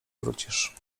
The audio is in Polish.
wrócisz